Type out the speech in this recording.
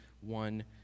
one